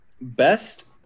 best